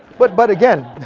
but but again,